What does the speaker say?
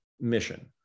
mission